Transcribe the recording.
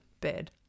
bed